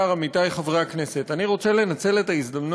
האחרונה שנתתי, זה גרם לך לעשות ההפך.